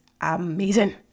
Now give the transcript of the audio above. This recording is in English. amazing